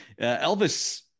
elvis